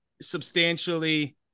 substantially